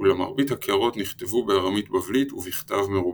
אולם מרבית הקערות נכתבו בארמית בבלית ובכתב מרובע.